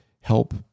help